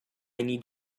need